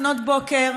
לפנות בוקר,